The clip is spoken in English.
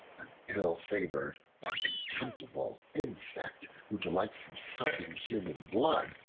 an ill-favored and contemptible insect who delights in sucking human blood,